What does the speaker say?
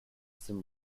system